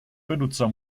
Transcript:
benutzer